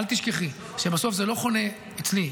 אל תשכחי שבסוף זה לא חונה אצלי,